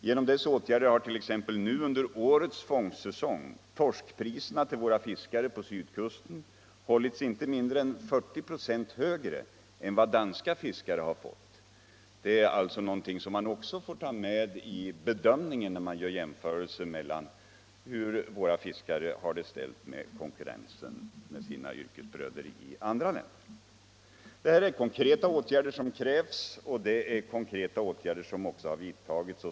Genom dess åtgärder har t.ex. nu under årets fångstsäsong torskpriserna till våra fiskare på sydkusten hållits inte mindre än 40 96 högre än vad danska fiskare fått. Det är någonting som man också får ta med i bedömningen 'av hur våra fiskare har det ställt i jämförelse med sina yrkesbröder i andra länder. Det är konkreta åtgärder som krävs, och det är konkreta åtgärder som också har vidtagits.